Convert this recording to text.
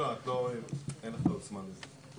לא, לא, אין לך את העוצמה הזאת.